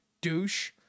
douche